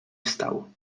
wstał